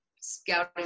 scouting